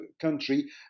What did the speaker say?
country